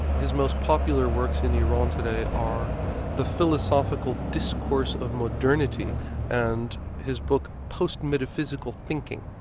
his most popular works in iran today are the philosophical discourse of modernity and his book post metaphysical thinking.